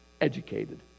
educated